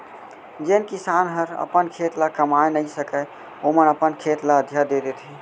जेन किसान हर अपन खेत ल कमाए नइ सकय ओमन अपन खेत ल अधिया दे देथे